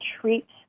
treat